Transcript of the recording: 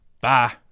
Bye